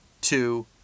Two